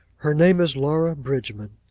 her name is laura bridgman.